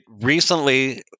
recently